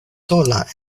sola